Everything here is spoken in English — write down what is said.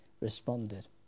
responded